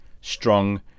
strong